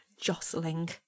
jostling